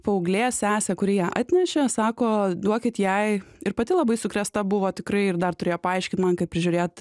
paauglė sesė kuri ją atnešė sako duokit jai ir pati labai sukrėsta buvo tikrai ir dar turėjo paaiškint man kaip prižiūrėt